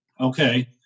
okay